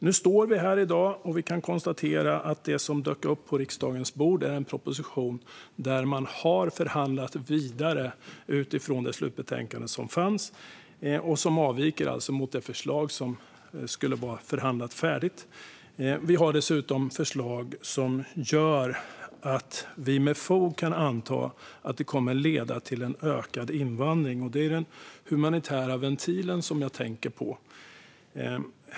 Nu står vi här i dag, och vi kan konstatera att det som dök upp på riksdagens bord är en proposition där man har förhandlat vidare utifrån det slutbetänkande som fanns och som alltså avviker från det förslag som skulle vara färdigförhandlat. Dessutom finns förslag som gör att vi med fog kan anta att de kommer att leda till en ökad invandring. Jag tänker på den humanitära ventilen.